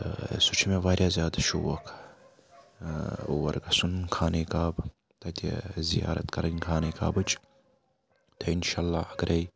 سُہ چھُ مےٚ واریاہ زیادٕ شوق اور گژھُن خانَے کعبہٕ تَتہِ زِیارَت کَرٕنۍ خانَے کعبٕچ تہٕ اِنشاء اللہ اگرَے